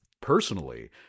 personally